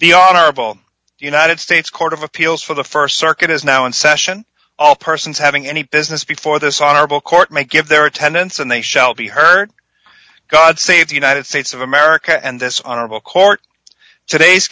the honor of all united states court of appeals for the st circuit is now in session all persons having any business before this honorable court may give their attendance and they shall be heard god save the united states of america and this honorable court today's